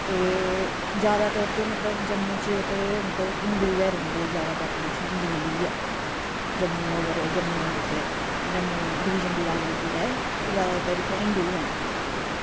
ते जादैतर ते मतलब जम्मू च ते हिंदु गै रौहंदे जादै पॉपुलेशन हिंदुऐं दी गै जम्मू अगर जम्मू उत्थें जम्मू डिवीज़न दी गल्ल कीती जाये ते जादैतर इत्थें हिंदु गै